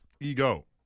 ego